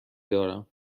دارم